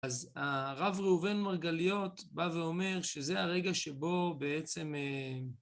אז הרב ראובן מרגליות בא ואומר שזה הרגע שבו בעצם